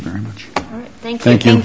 very much thank you